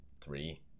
three